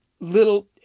Little